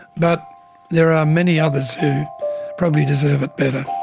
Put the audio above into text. but there are many others who probably deserve it better.